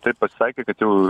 taip pasitaikė kad jau